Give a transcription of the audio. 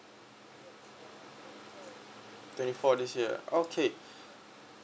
twenty four this year okay